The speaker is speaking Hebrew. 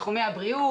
בתחומי הבריאות,